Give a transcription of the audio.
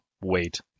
wait